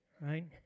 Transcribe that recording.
right